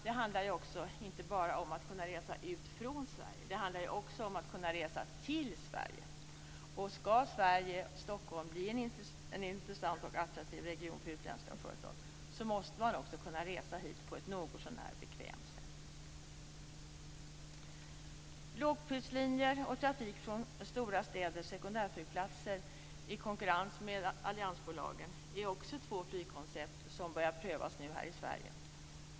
Det handlar inte bara om att man ska kunna resa ut från Sverige. Det handlar också om att man ska kunna resa till Sverige. Om Sverige och Stockholm ska bli en intressant och attraktiv region för utländska företag måste det också gå att resa hit på ett någotsånär bekvämt sätt. Lågprislinjer och trafik från stora städers sekundärflygplatser i konkurrens med alliansbolagen är två flygkoncept som börjar prövas nu här i Sverige.